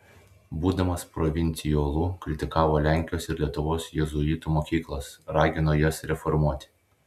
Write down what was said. būdamas provincijolu kritikavo lenkijos ir lietuvos jėzuitų mokyklas ragino jas reformuoti